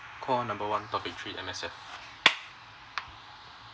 call number one topic three M_S_F